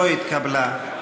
לא התקבלה.